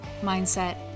mindset